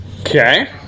Okay